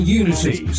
unity